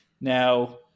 now